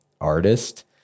artist